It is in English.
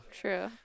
true